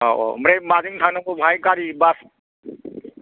औ औ ओमफ्राय माजों थांनांगौ बेहाय गारि बास